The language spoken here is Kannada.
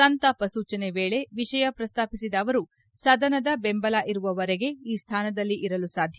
ಸಂತಾಪ ಸೂಚನೆ ವೇಳೆ ವಿಷಯ ಪ್ರಸ್ತಾಪಿಸಿದ ಅವರು ಸದನದ ಬೆಂಬಲ ಇರುವವರೆಗೆ ಈ ಸ್ಥಾನದಲ್ಲಿ ಇರಲು ಸಾಧ್ಯ